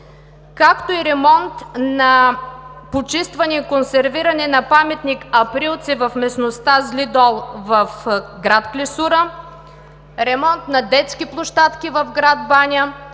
както и ремонт, почистване и консервиране на паметник „Априлци“ в местността „Зли дол“ в град Клисура, ремонт на детски площадки в град Баня,